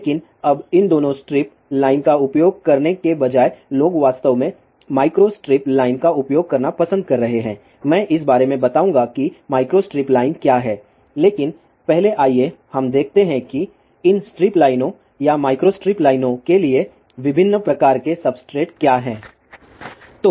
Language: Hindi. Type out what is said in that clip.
लेकिन अब इन दिनों स्ट्रिप लाइन का उपयोग करने के बजाय लोग वास्तव में माइक्रोस्ट्रिप लाइन का उपयोग करना पसंद कर रहे हैं मैं इस बारे में बताऊंगा कि माइक्रोस्ट्रिप लाइन क्या है लेकिन पहले आइए हम देखते हैं कि इन स्ट्रिप लाइनों या माइक्रोस्ट्रिप लाइनों के लिए विभिन्न प्रकार के सब्सट्रेट क्या हैं